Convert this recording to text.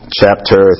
chapter